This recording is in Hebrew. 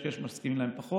יש כאלה שמסכימים להן פחות.